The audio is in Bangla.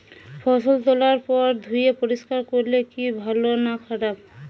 ফসল তোলার পর ধুয়ে পরিষ্কার করলে কি ভালো না খারাপ?